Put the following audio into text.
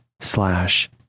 slash